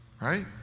Right